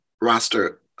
roster